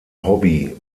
hobby